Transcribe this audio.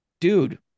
dude